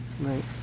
Right